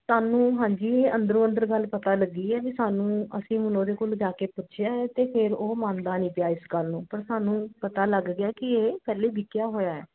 ਸਾਨੂੰ ਹਾਂਜੀ ਅੰਦਰੋਂ ਅੰਦਰ ਗੱਲ ਪਤਾ ਲੱਗੀ ਹੈ ਵੀ ਸਾਨੂੰ ਅਸੀਂ ਹੁਣ ਉਹਦੇ ਕੋਲ ਜਾ ਕੇ ਪੁੱਛਿਆ ਹੈ ਅਤੇ ਫੇਰ ਉਹ ਮੰਨਦਾ ਨਹੀਂ ਪਿਆ ਇਸ ਗੱਲ ਨੂੰ ਪਰ ਸਾਨੂੰ ਪਤਾ ਲੱਗ ਗਿਆ ਕੀ ਇਹ ਪਹਿਲੇ ਵਿਕਿਆ ਹੋਇਆ ਹੈ